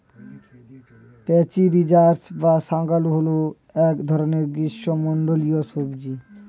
প্যাচিরিজাস বা শাঁকালু হল এক ধরনের গ্রীষ্মমণ্ডলীয় সবজি